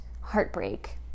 heartbreak